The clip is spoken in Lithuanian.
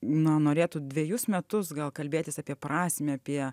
na norėtų dvejus metus gal kalbėtis apie prasmę apie